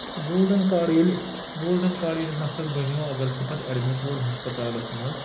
تہٕ golden card ییٚلہِ golden card ییٚمِس نَفرَس بَنیو اَگر سُہ پَتہٕ ایڈمِٹ روٗد ہسپَتالَس منٛز